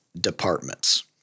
departments